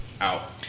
out